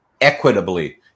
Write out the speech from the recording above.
equitably